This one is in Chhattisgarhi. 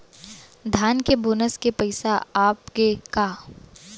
धान के बोनस के पइसा आप गे हे का?